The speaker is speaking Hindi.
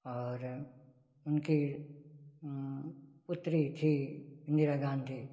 और उनकी पुत्री थी इंदिरा गांधी